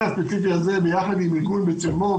הספציפי הזה ביחד עם ארגון בצלמו,